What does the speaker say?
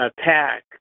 attack